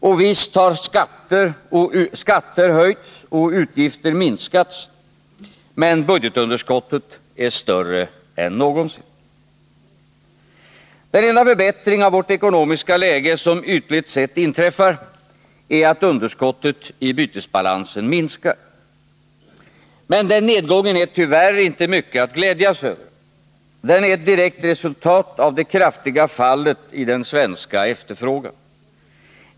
Och visst har skatter höjts och utgifter minskats, men budgetunderskottet är större än någonsin. Den enda förbättring av vårt ekonomiska läge som ytligt sett inträffar är att underskottet i bytesbalansen minskar. Men den nedgången är tyvärr inte mycket att glädjas åt — den är ett direkt resultat av det kraftiga fallet i den svenska efterfrågan.